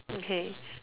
okay